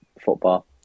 football